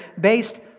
based